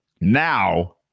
now